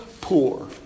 poor